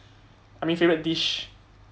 I mean favourite dish